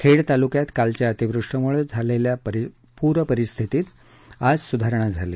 खेड तालुक्यात कालच्या अतिवृष्टीमुळे झालेल्या पुरस्थितीत आज सुधारणा झाली